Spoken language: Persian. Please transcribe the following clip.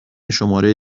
شماره